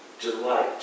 delight